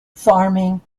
farming